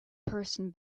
person